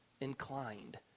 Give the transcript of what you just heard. inclined